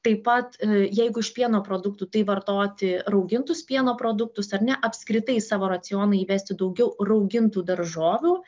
taip pat jeigu iš pieno produktų tai vartoti raugintus pieno produktus ar ne apskritai į savo racioną įvesti daugiau raugintų daržovių